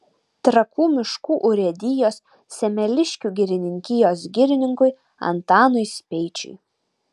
trakų miškų urėdijos semeliškių girininkijos girininkui antanui speičiui